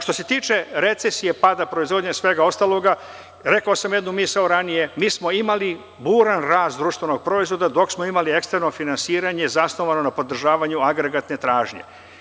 Što se tiče recesije, pada proizvodnje i svega ostaloga, rekao sam jednu misao ranije - mi smo imali buran rast društvenog proizvoda dok smo imali ekstremno finansiranje zasnovano na podržavanju agregatne tražnje.